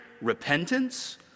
repentance